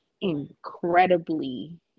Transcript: incredibly